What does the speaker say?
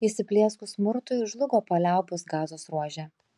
įsiplieskus smurtui žlugo paliaubos gazos ruože